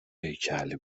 هیکل